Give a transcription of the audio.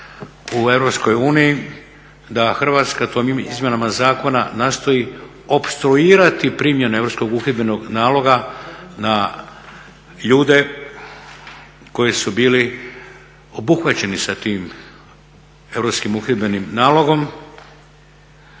uniji da Hrvatska tim izmjenama zakona nastoji opstruirati primjenu Europskog uhidbenog naloga na ljude koji su bili obuhvaćeni sa tim Europskim